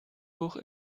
hoch